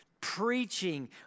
preaching